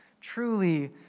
truly